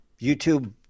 YouTube